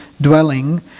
dwelling